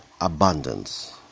abundance